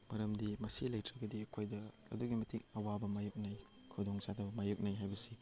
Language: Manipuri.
ꯃꯔꯝꯗꯤ ꯃꯁꯤ ꯂꯩꯇ꯭ꯔꯒꯗꯤ ꯑꯩꯈꯣꯏꯗ ꯑꯗꯨꯛꯀꯤ ꯃꯇꯤꯛ ꯑꯋꯥꯕ ꯃꯥꯏꯌꯣꯛꯅꯩ ꯈꯨꯗꯣꯡꯆꯥꯗꯕ ꯃꯥꯏꯌꯣꯛꯅꯩ ꯍꯥꯏꯕꯁꯤ